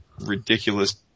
ridiculous